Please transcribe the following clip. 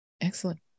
Excellent